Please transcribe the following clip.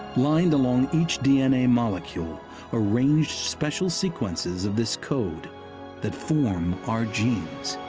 lined along each d n a. molecule arranged special sequences of this code that form our genes.